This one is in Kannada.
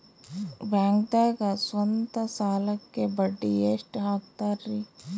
ಬ್ಯಾಂಕ್ದಾಗ ಸ್ವಂತ ಸಾಲಕ್ಕೆ ಬಡ್ಡಿ ಎಷ್ಟ್ ಹಕ್ತಾರಿ?